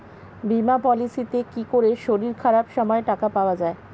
বীমা পলিসিতে কি করে শরীর খারাপ সময় টাকা পাওয়া যায়?